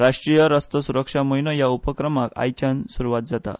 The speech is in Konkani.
राष्ट्रीय रस्तो सुरक्षा म्हयनो ह्या उपक्रमाक आयच्यान सुरवात जाता